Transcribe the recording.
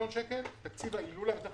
שאז התקציב היה 12.7 מיליון שקל,